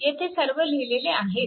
येथे सर्व लिहिलेले आहेच